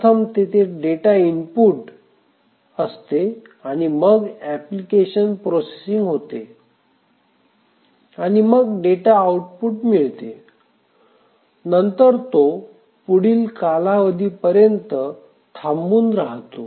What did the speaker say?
प्रथम तेथे data input असते मग एप्लीकेशन प्रोसेसिंग होते आणि मग डेटा आउटपुट मिळते नंतर तो पुढील कालावधीपर्यंत थांबून राहतो